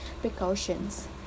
precautions